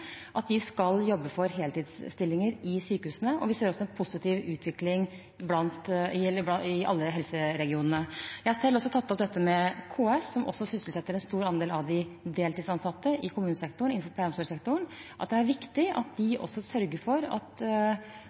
at de skal jobbe for heltidsstillinger i sykehusene. Vi ser også en positiv utvikling i alle helseregionene. Jeg har selv tatt opp med KS, som også sysselsetter en stor andel av de deltidsansatte innenfor helse- og omsorgssektoren i kommunene, at det er viktig når de skal ansette, å sørge for at